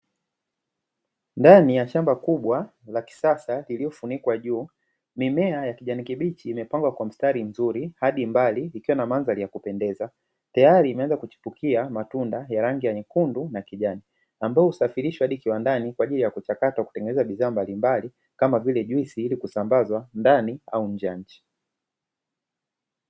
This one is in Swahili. Ndani ya shamba kubwa la kisasa lililofunikwa juu mimea ya kijani kibichi imepangwa kwa mstari mzuri hadi mbali, ikiwa na mandhari ya kupendeza tayari imeanza kuchipukia matunda ya rangi nyekundu na kijani ambayo husafirishwa hadi kiwandani, kwa ajili ya kuchakata kutengeneza bidhaa za aina mbalimbali kama vile juisi ili kusambazwa ndani au nje ya nchi.